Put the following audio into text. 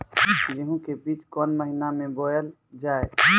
गेहूँ के बीच कोन महीन मे बोएल जाए?